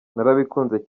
narabikunze